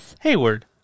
Hayward